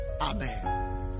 Amen